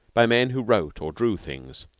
by men who wrote or drew things,